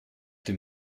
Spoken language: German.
dem